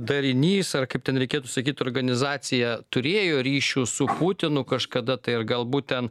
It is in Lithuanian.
darinys ar kaip ten reikėtų sakyt organizacija turėjo ryšių su putinu kažkada tai ar galbūt ten